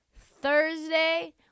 Thursday